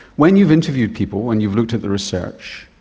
when you've interviewed people, when you've looked at the research,